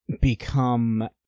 become